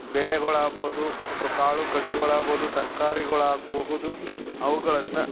ಬೆಳೆಗಳಾಗ್ಬೋದು ಅಥ್ವಾ ಕಾಳು ಕಡಿಗಳಾಗ್ಬೋದು ತರಕಾರಿಗಳಾಗ್ಬಹುದು ಅವುಗಳನ್ನು